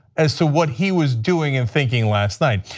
as to what he was doing and thinking last night.